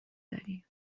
داری